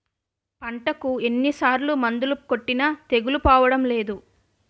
పంటకు ఎన్ని సార్లు మందులు కొట్టినా తెగులు పోవడం లేదు